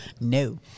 No